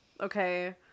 Okay